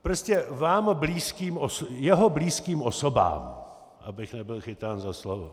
Prostě vám blízkým jeho blízkým osobám, abych nebyl chytán za slovo.